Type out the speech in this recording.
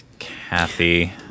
Kathy